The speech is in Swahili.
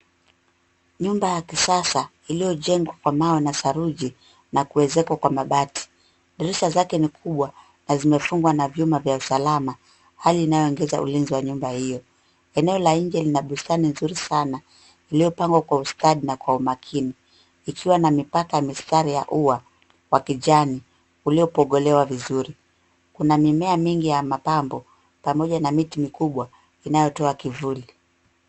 Nyumba ya kisasa iliyojengwa kwa mawe na saruji na kuezekwa kwa mabati. Dirisha zake ni kubwa na zimefungwa na vyuma vya usalama hali inayoongeza ulinzi wa nyumba hiyo. Eneo la nje lina bustani nzuri sana iliyopangwa kwa ustadi na kwa umakini ikiwa na mipaka mistari ya ua wa kijani uliyopogolewa vizuri. Kuna mimea mingi ya mapambo pamoja na miti mikubwa inayotoa kivuli.